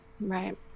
Right